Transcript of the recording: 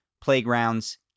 playgrounds